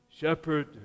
Shepherd